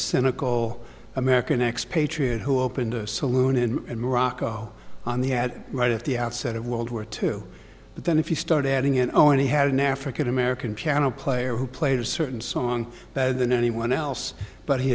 cynical american expatriate who opened a saloon and morocco on the ad right at the outset of world war two but then if you start adding in oh and he had never forget american piano player who played a certain song better than anyone else but he